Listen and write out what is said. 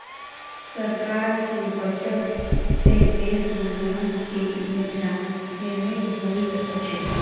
सरकार के बजट से देश निर्माण के योजना निर्मित होइत अछि